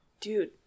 dude